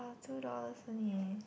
two dollars only